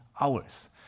hours